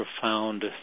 profound